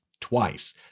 twice